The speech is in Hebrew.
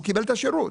הוא קיבל את השירות.